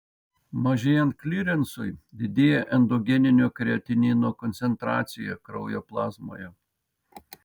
mažėjant klirensui didėja endogeninio kreatinino koncentracija kraujo plazmoje